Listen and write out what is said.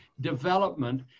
development